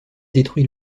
détruit